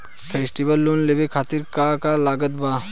Festival loan लेवे खातिर का का लागत बा?